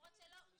זה נשאר.